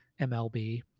mlb